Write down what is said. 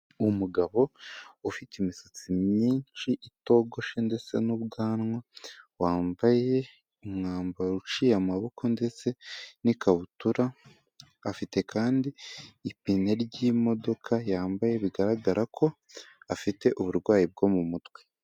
Umugabo ufite imisatsi myinshi itogoshe ndetse n'ubwanwa, wambaye umwambaro uciye amaboko ndetse n'ikabutura, afite kandi ipine ry'imodoka yambaye, bigaragara ko afite uburwayi bwo mu mutwe.